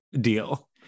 deal